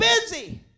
busy